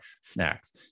snacks